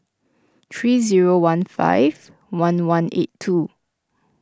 three zero one five one one eight two